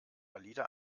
alida